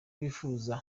bifuza